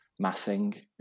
massing